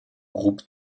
groupe